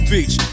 Beach